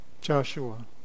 Joshua